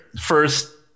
First